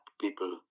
people